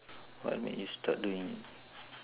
what made you start doing